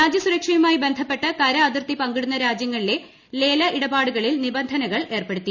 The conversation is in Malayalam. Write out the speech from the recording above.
രാജ്യസുരക്ഷയുമായി ബന്ധപ്പെട്ട് കര അതിർത്തി പങ്കിടുന്ന രാജ്യങ്ങളിലെ ലേല ഇടപാടുകളിൽ നിബന്ധനകൾ ഏർപ്പെടുത്തി